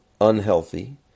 unhealthy